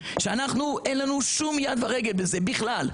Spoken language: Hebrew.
שאין לנו שום יד ורגל בכלל.